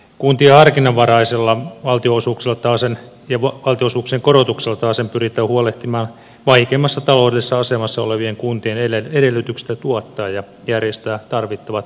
kuntien harkinnanvaraisilla valtionosuuksilla ja valtionosuuksien korotuksilla taasen pyritään huolehtimaan vaikeimmassa taloudellisessa asemassa olevien kuntien edellytyksistä tuottaa ja järjestää tarvittavat palvelut